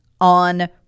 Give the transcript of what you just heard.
on